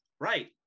Right